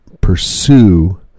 pursue